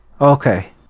Okay